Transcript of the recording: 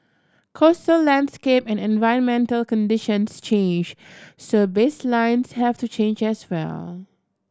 coastal landscape and environmental conditions change so baselines have to change as well